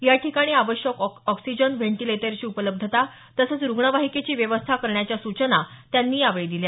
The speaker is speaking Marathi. याठिकाणी आवश्यक आॅक्सिजन व्हेंटिलेटरची उपलब्धता तसंच रुग्णवाहिकेची व्यवस्था करण्याच्या सूचना त्यांनी संबंधितांना दिल्या